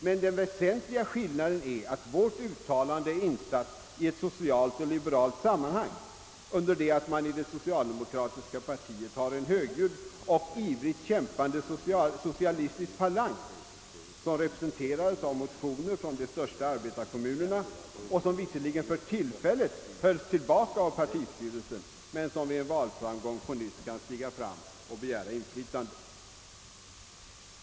Men en väsentlig skillnad är att vårt uttalande är insatt i ett socialt och liberalt sammanhang, under det att man i det socialdemokratiska partiet har en högljudd och ivrigt kämpande socialistisk falang, som representeras av motionärer från de största arbetarkommunerna och som visserligen för tillfället hölls tillbaka av partistyrelsen, men som vid en valframgång på nytt kan stiga fram och begära inflytande.